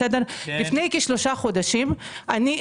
לפני כשלושה חודשים אנחנו,